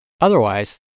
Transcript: Otherwise